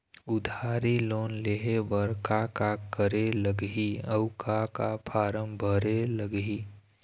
उधारी लोन लेहे बर का का करे लगही अऊ का का फार्म भरे लगही?